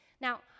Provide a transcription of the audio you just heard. Now